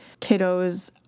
kiddos